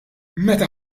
meta